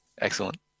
Excellent